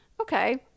Okay